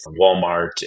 Walmart